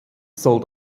soll